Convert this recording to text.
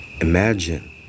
Imagine